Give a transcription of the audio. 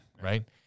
right